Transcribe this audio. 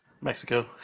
Mexico